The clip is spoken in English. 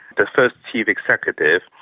the first chief executive,